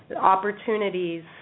opportunities